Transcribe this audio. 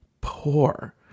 poor